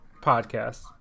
podcast